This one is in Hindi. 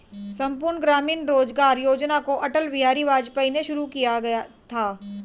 संपूर्ण ग्रामीण रोजगार योजना को अटल बिहारी वाजपेयी ने शुरू किया था